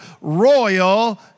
royal